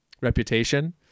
reputation